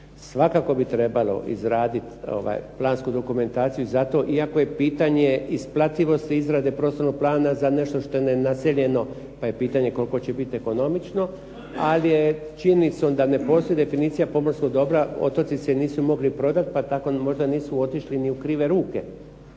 Svakako bi trebalo izraditi plansku dokumentaciju za to, iako je pitanje isplativosti izrade prostornog plana za nešto što je nenaseljeno pa je pitanje koliko će biti ekonomično. Ali je činjenicom da ne postoji definicija pomorskog dobra otoci se nisu mogli prodati, pa tako možda nisu otišli ni u krive ruke,